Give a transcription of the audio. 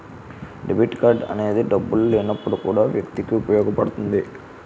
debit card అనేది డబ్బులు లేనప్పుడు కూడా వ్యక్తికి ఉపయోగపడుతుంది